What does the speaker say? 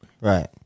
Right